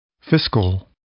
Fiscal